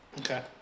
Okay